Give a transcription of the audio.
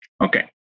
Okay